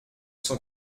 cent